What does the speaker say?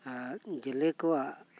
ᱟᱨ ᱡᱮᱞᱮᱠᱚᱣᱟᱜ